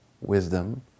wisdom